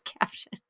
caption